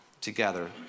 together